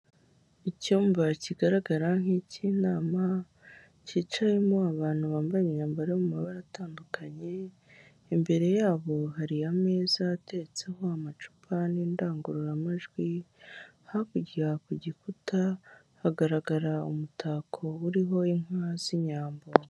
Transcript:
Icyumba kigaragara nk'icy'inama, cyicayemo abantu bambaye imyambaro yo mu mabara atandukanye, imbere yabo hari ameza ateretseho amacupa n'indangururamajwi, hakurya ku gikuta hagaragara umutako uriho inka z'inyambo.